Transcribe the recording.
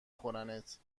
خورنت